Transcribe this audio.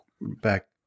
back